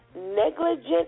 negligent